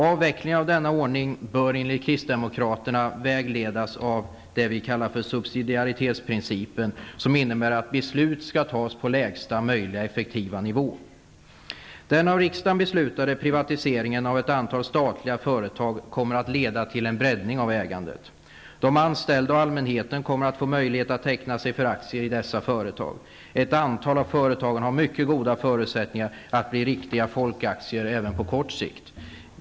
Avvecklingen av denna ordning bör enligt kristdemokraterna vägledas av det som vi kallar subsidiaritetsprincipen, som innebär att beslut skall fattas på lägsta möjliga effektiva nivå. Den av riksdagen beslutade privatiseringen av ett antal statliga företag kommer att leda till en breddning av ägandet. De anställda och allmänheten kommer att få möjlighet att teckna sig för aktier i dessa företag. Ett antal av företagen har mycket goda förutsättningar att bli riktiga folkaktieföretag även på kort sikt.